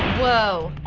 whoa.